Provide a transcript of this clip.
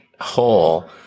whole